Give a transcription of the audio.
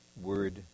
word